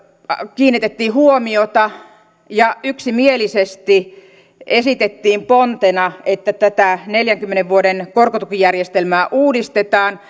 kiinnitettiin huomiota ja yksimielisesti esitettiin pontena että tätä neljänkymmenen vuoden korkotukijärjestelmää uudistetaan